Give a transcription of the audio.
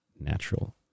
Natural